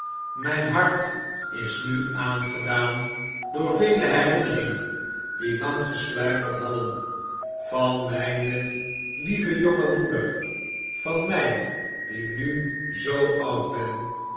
mijn hart is nu aangedaan door vele herinneringen die lang gesluimerd hadden van mjjne lieve jonge moeder van mjj die nu zoo oud ben